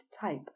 type